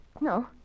No